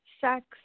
sex